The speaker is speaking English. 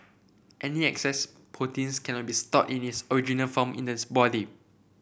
any excess protein cannot be stored in its original form in this body